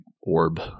orb